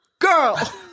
girl